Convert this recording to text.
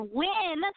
win